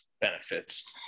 benefits